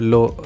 Low